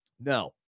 No